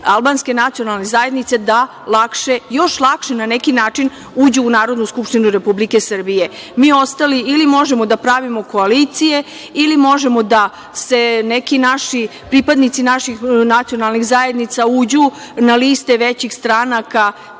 albanske nacionalne zajednice da lakše, još lakše na neki način, uđu u Narodnu skupštinu Republike Srbije. Mi ostali ili možemo da pravimo koalicije ili možemo da se neki naši, pripadnici naših nacionalnih zajednica uđu na liste većih stranaka,